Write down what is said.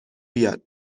بیاد